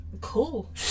Cool